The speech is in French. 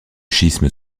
schisme